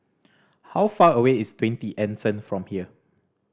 how far away is Twenty Anson from here